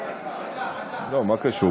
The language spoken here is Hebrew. מדע, כבוד השר.